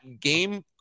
game